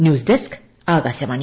news desk Akashvani